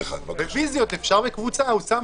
רוויזיות אפשר בקבוצה, אוסמה.